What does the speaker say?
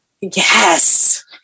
Yes